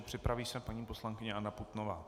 Připraví se paní poslankyně Anna Putnová.